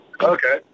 Okay